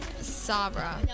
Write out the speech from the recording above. Sabra